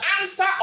answer